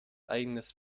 eigenes